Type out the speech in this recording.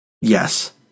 Yes